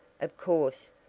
of course,